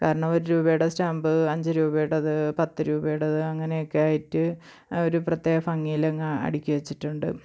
കാരണം ഒരു രൂപയുടെ സ്റ്റാമ്പ് അഞ്ചു രൂപയുടേത് പത്തു രൂപയുടേത് അങ്ങനെയൊക്കെ ആയിട്ട് ഒരു പ്രത്യേക ഭഒഗിയിൽ അങ്ങ് അടുക്കി വച്ചിട്ടുണ്ട്